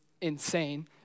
insane